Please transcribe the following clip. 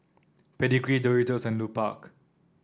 Pedigree Doritos and Lupark